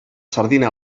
sardina